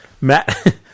Matt